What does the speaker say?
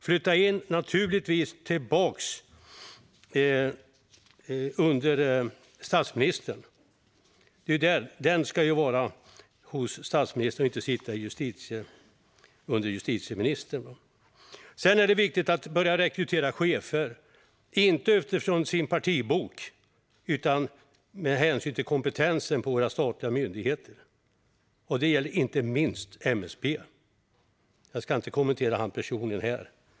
Den rollen ska naturligtvis flyttas tillbaka under statsministern och inte finnas under justitieministern. Sedan är det viktigt att börja rekrytera chefer till våra statliga myndigheter med hänsyn till kompetensen och inte utifrån partibok. Det gäller inte minst MSB. Jag ska inte kommentera deras generaldirektör personligen.